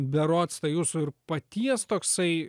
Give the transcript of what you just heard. berods tai jūsų ir paties toksai